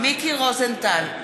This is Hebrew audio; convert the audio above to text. מיקי רוזנטל,